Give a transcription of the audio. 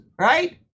right